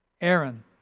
Aaron